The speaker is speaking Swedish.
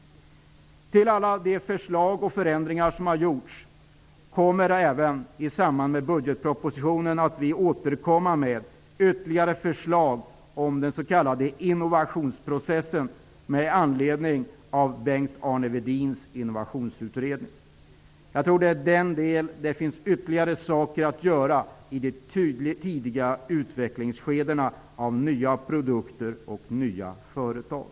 Förutom alla de förslag och förändringar som har gjorts kommer vi även i samband med budgetpropositionen att återkomma med ytterligare förslag om den s.k. Arne Vedins innovationsutredning. Jag tror att det finns ytterligare saker att göra i de tidiga utvecklingsskedena av nya produkter och nya företag.